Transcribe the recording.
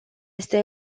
este